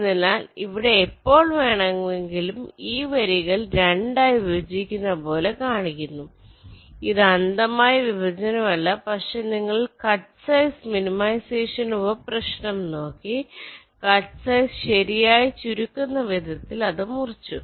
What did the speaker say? അതിനാൽ ഇവിടെ എപ്പോൾ വേണമെങ്കിലും ഈ വരികൾ 2 ആയി വിഭജിക്കുന്നതുപോലെ കാണിക്കുന്നു ഇത് അന്ധമായ വിഭജനമല്ല പക്ഷേ നിങ്ങൾ കട്ട് സൈസ് മിനിമൈസേഷൻ ഉപ പ്രശ്നം നോക്കി കട്ട്സൈസ് ശരിയായി ചുരുക്കുന്ന വിധത്തിൽ അത് മുറിച്ചു